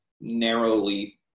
narrowly